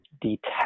detect